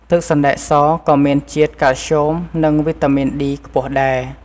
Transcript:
ទឹកសណ្តែកសក៏មានជាតិ កាល់ស្យូម និង វីតាមីន D ខ្ពស់ដែរ។